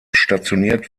stationiert